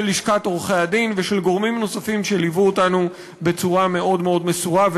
לשכת עורכי-הדין וגורמים נוספים שליוו אותנו בצורה מאוד מאוד מסורה,